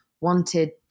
wanted